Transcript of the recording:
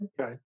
okay